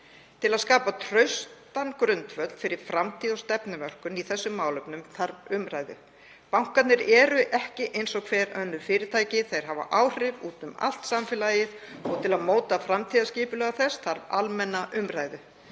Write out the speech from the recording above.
Til að skapa traustan grundvöll fyrir framtíð og stefnumörkun í þessum málefnum þarf umræðu. Bankarnir eru ekki eins og hver önnur fyrirtæki, þeir hafa áhrif úti um allt samfélagið og til að móta framtíðarskipulag þess þarf almenna umræðu